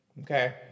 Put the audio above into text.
Okay